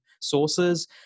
sources